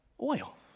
oil